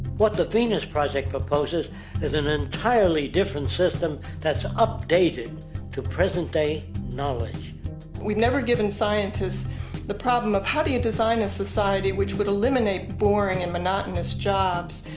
what the venus project proposes is an entirely different system that's updated to present day knowledge we've never given scientists the problem of how do you design a society that would eliminate boring and monotonous jobs,